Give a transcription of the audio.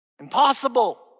impossible